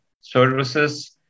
services